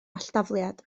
alldafliad